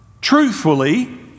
truthfully